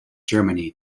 germany